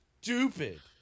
stupid